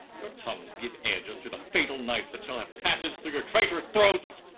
your tongues give edge unto the fatal knife that shall have passage through your trait'rous throats.